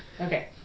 Okay